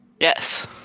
Yes